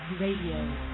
Radio